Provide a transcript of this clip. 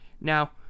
Now